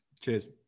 Cheers